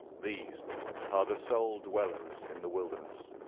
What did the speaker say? these are the sole dwellers in the wilderness.